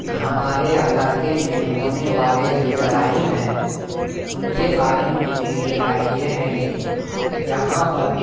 ہمارے علاقے میں ہونے والے جو جرائم ہے ان کے بارے میں میری رائے یہ ہے کہ یہاں پر